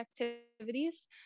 activities